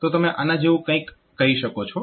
તો તમે આના જેવું કંઈક કહી શકો છો